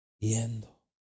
yendo